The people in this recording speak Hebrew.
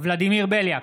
ולדימיר בליאק,